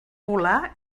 volar